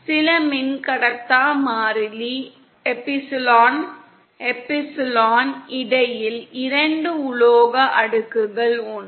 சில மின்கடத்தா மாறிலி எப்சிலனுக்கு இடையில் இரண்டு உலோக அடுக்குகள் 1